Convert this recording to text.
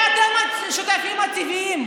כי אתם השותפים הטבעיים,